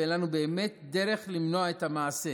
ואין לנו באמת דרך למנוע את המעשה.